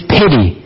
pity